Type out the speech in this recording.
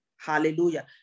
hallelujah